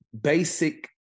basic